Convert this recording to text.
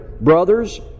Brothers